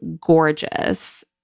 gorgeous